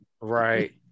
Right